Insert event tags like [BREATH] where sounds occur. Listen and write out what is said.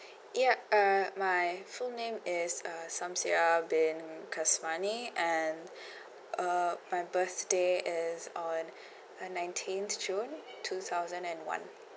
ya uh my full name is uh samsiah bin kasmani and [BREATH] uh my birthday is on uh nineteenth june two thousand and one